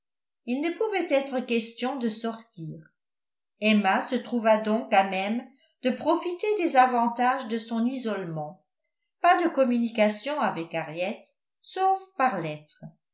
il ne pouvait être question de sortir emma se trouva donc à même de profiter des avantages de son isolement pas de communications avec harriet sauf